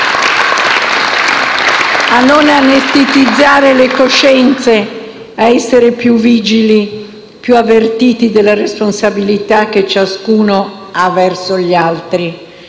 A non anestetizzare le coscienze, a essere più vigili, più avvertiti della responsabilità che ciascuno ha verso gli altri.